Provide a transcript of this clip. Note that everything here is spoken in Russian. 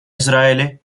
израиле